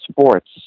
sports